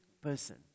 person